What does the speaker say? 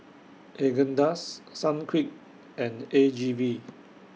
Haagen Dazs Sunquick and A G V